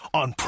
on